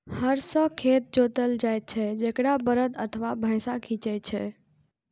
हर सं खेत जोतल जाइ छै, जेकरा बरद अथवा भैंसा खींचै छै